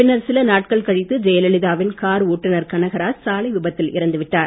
பின்னர் சில நாட்கள் கழித்து ஜெயலலிதாவின் கார் ஒட்டுனர் கனகராஜ் சாலை விபத்தில் இறந்து விட்டார்